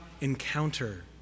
encounter